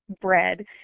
bread